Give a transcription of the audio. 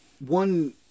one